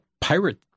pirate